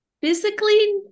physically